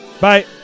bye